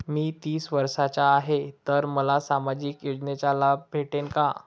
मी तीस वर्षाचा हाय तर मले सामाजिक योजनेचा लाभ भेटन का?